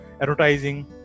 advertising